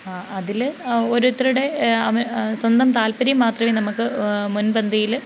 അതിൽ ഓരോരുത്തരുടെ അവ സ്വന്തം താൽപര്യം മാത്രമേ നമുക്ക് മുൻപന്തിയിൽ